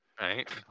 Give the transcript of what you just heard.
Right